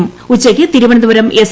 ക്രുഉച്ചയ്ക്ക് Thiruvananthapuram S